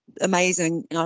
amazing